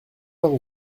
heure